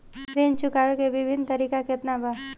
ऋण चुकावे के विभिन्न तरीका केतना बा?